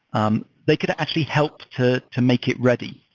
um they could actually help to to make it ready.